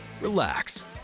relax